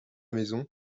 maison